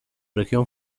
región